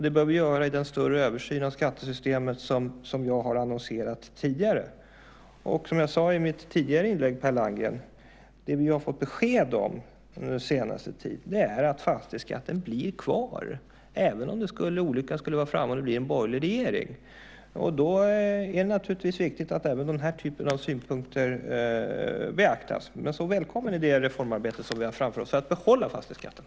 Det bör vi göra i den större översyn av skattesystemet som jag har aviserat tidigare. Som jag sade i mitt tidigare inlägg, Per Landgren: Det vi har fått besked om under senare tid är att fastighetsskatten blir kvar, även om olyckan är framme och det blir en borgerlig regering. Det är naturligtvis viktigt att även den här typen av synpunkter beaktas. Välkommen i det reformarbete vi har framför oss för att behålla fastighetsskatten.